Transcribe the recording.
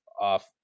off